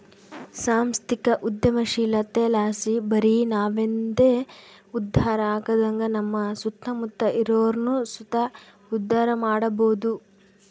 ಸಾಂಸ್ಥಿಕ ಉದ್ಯಮಶೀಲತೆಲಾಸಿ ಬರಿ ನಾವಂದೆ ಉದ್ಧಾರ ಆಗದಂಗ ನಮ್ಮ ಸುತ್ತಮುತ್ತ ಇರೋರ್ನು ಸುತ ಉದ್ಧಾರ ಮಾಡಬೋದು